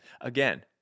Again